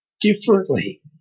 differently